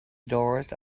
doors